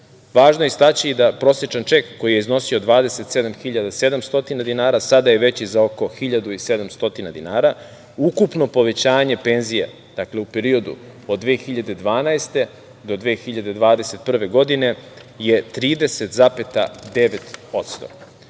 Važno je istaći da prosečan ček koji je iznosio 27.700 dinara sada je veći za oko 1.700 dinara. Ukupno povećanje penzija, dakle u periodu od 2012. do 2021. godine je